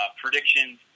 predictions